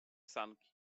sanki